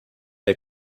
der